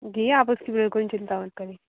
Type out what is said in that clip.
जी आप उसकी बिल्कुन चिंता मत करिए